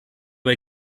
bei